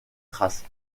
traces